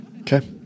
Okay